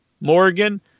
Morgan